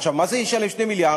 עכשיו, מה זה ישלם 2 מיליארד?